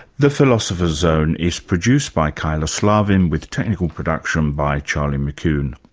the philosopher's zone is produced by kyla slaven with technical production by charlie mccune.